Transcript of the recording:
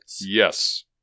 Yes